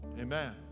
Amen